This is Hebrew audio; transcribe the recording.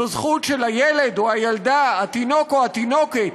זו זכות של הילד או הילדה, התינוק או התינוקת,